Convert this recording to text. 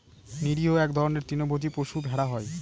নিরীহ এক ধরনের তৃণভোজী পশু ভেড়া হয়